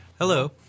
Hello